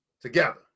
together